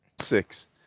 Six